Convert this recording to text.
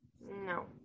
No